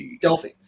Delphi